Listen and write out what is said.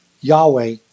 Yahweh